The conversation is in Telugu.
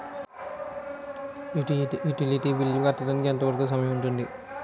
యుటిలిటీ బిల్లు కట్టడానికి ఎంత వరుకు సమయం ఉంటుంది?